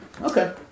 Okay